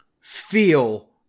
feel